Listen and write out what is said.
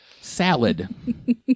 Salad